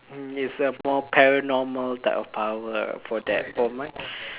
is a more paranormal type of power for that for mine